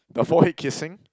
the forehead kissing